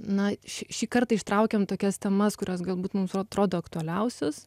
na šį šį kartą ištraukėm tokias temas kurios galbūt mums atrodo aktualiausios